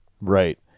Right